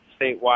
statewide